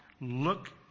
look